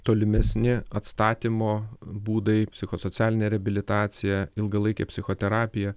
tolimesni atstatymo būdai psichosocialinė reabilitacija ilgalaikė psichoterapija